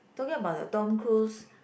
talking about the Tom Cruise